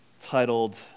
titled